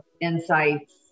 insights